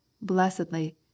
blessedly